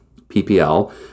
PPL